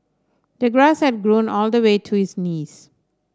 the grass had grown all the way to his knees